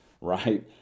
right